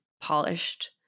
polished